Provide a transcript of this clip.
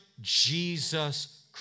Jesus